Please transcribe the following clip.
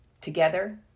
Together